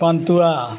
ᱯᱟᱱᱛᱩᱣᱟ